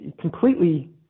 completely